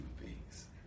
beings